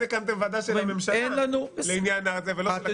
הקמתם ועדה של הממשלה ולא של הכנסת.